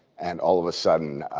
and all of a sudden,